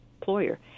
employer